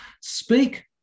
Speak